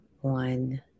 one